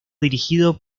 dirigido